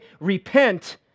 Repent